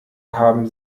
haben